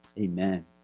Amen